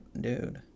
dude